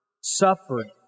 suffering